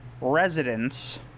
residents